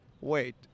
wait